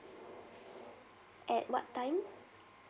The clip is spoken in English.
at what time